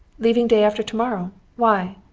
leaving day after to-morrow. why?